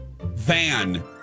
Van